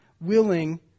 willing